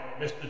Mr